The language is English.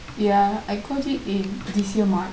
ya I got it in this year march